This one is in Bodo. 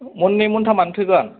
मननै मनथामानो थोगोन